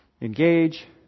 engage